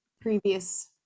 previous